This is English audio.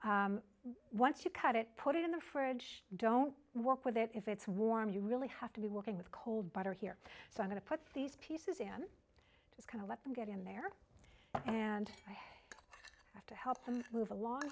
once you cut it put it in the fridge don't work with it if it's warm you really have to be working with cold butter here so i'm going to put these pieces in just kind of let them get in there and i have to help them move along